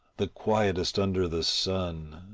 the quietest under the sun,